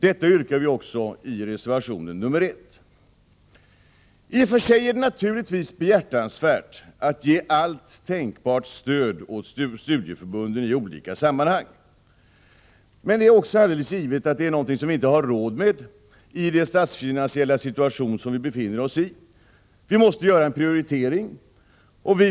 Detta yrkar vi också i I och för sig är det naturligtvis behjärtansvärt att ge allt tänkbart stöd åt studieförbunden i olika sammanhang, men det är också alldeles givet att vi inte har råd med detta i den statsfinansiella situation som vi befinner oss i. Vi måste göra en prioritering.